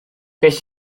beth